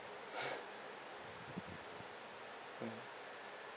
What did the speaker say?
uh